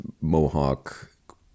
Mohawk